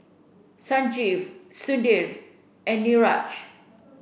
Sanjeev Sudhir and Niraj